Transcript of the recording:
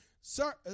Sir